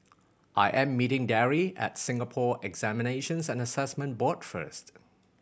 I am meeting Darry at Singapore Examinations and Assessment Board first